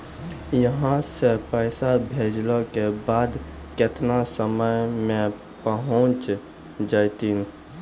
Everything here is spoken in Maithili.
यहां सा पैसा भेजलो के बाद केतना समय मे पहुंच जैतीन?